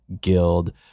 guild